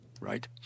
Right